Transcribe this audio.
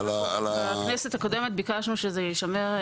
בכנסת הקודמת ביקשנו שזה יישמר.